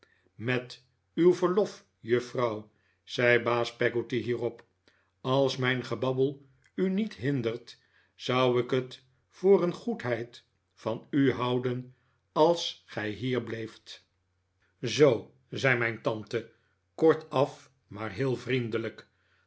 met uw verlof juffrouw zei baas peggotty hierop als mijn gebabbel u niet hindert zou ik het voor een goedheid van u houden als gij hier bleef t zoo zei mijn tante kortaf maar heel vriendelijk